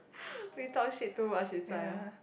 we talked shit too much inside ah